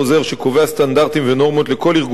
סטנדרטים ונורמות לכל ארגוני הבריאות,